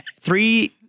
three